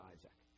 Isaac